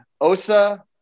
Osa